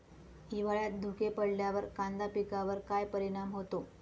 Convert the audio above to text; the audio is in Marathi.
हिवाळ्यात धुके पडल्यावर कांदा पिकावर काय परिणाम होतो?